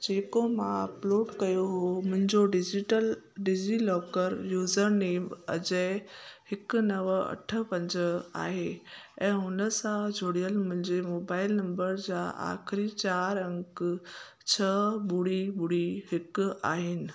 जेको मां अपलोड कयो हो मुंहिंजो digital DigiLocker user name Ajay हिकु नव अठ पंज आहे ऐं हुन सां जुड़ियल मुंहिंजे मोबाइल नंबर जा आख़िरी चार अंक छह ॿुड़ी ॿुड़ी हिकु आहिनि